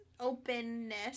openness